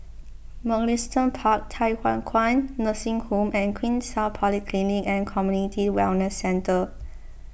Mugliston Park Thye Hua Kwan Nursing Home and Queenstown Polyclinic and Community Wellness Centre